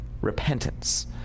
repentance